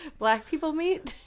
Blackpeoplemeet